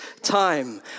time